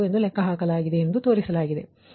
44 ಲೆಕ್ಕಹಾಕಲಾಗಿದೆ ಎಂದು ತೋರಿಸಲಾಗಿದೆ